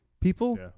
People